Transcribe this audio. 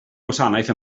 gwasanaeth